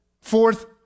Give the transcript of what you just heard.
Fourth